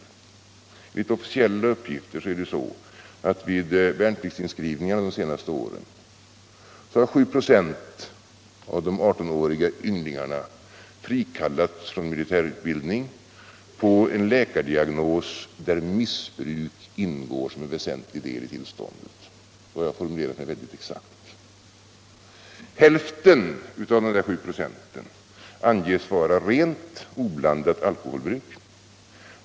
Enligt officiella uppgifter har vid värnpliktsinskrivningarna de senaste åren 7 "ov av de 18-åriga ynglingarna frikallats från militärutbildning på en läkardiagnos där missbruk ingår som en väsentlig del av tillståndet. — Då har jag formulerat mig väldigt exakt. Hälften av dessa 7 96 anges vara hemfallna åt rent oblandat alkoholbruk.